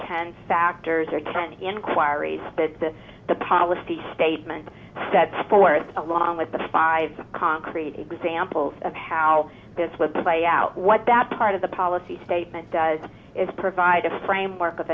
ten factors or ten inquiries that the the policy statement sets forth along with the five concrete examples of how this will play out what that part of the policy statement does is provide a framework of